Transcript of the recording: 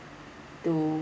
to